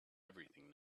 everything